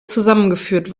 zusammengeführt